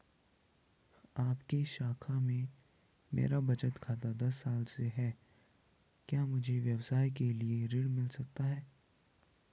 आपकी शाखा में मेरा बचत खाता दस साल से है क्या मुझे व्यवसाय के लिए ऋण मिल सकता है?